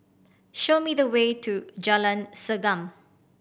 show me the way to Jalan Segam